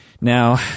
Now